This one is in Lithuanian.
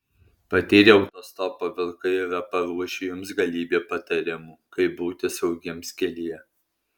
patyrę autostopo vilkai yra paruošę jums galybę patarimų kaip būti saugiems kelyje